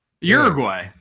Uruguay